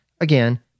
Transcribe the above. again